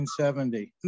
1970